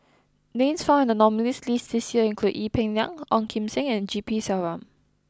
names found in the nominees' list this year include Ee Peng Liang Ong Kim Seng and G P Selvam